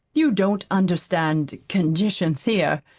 you don't understand conditions here.